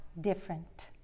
different